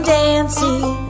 dancing